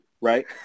right